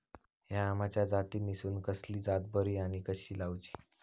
हया आम्याच्या जातीनिसून कसली जात बरी आनी कशी लाऊची?